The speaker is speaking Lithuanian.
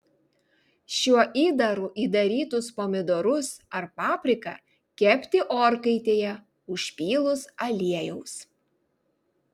šiuo įdaru įdarytus pomidorus ar papriką kepti orkaitėje užpylus aliejaus